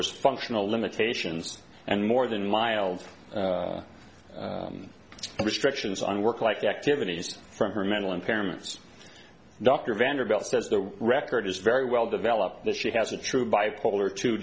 was functional limitations and more than mild restrictions on work like activities for her mental impairments dr vanderbilt says the record is very well developed that she has a true bipolar t